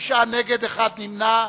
נגד, 9, נמנעים,